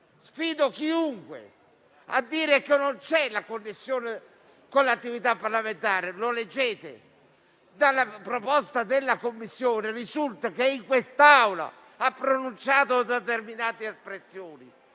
Sfido chiunque a dire che non vi sia connessione con l'attività parlamentare. Come leggete dalla proposta della Giunta, risulta che la senatrice in quest'Aula ha pronunciato determinate espressioni.